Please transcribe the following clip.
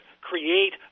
create